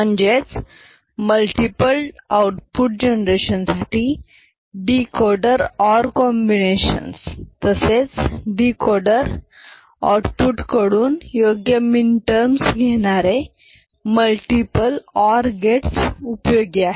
म्हणजेच multiple output जनरेशनसाठी decoder OR combinations तसेच डीकोडर आउटपुट कडून योग्य मीनटर्मस घेणारे मल्टिपल ऑर गेट्स उपयोगी आहेत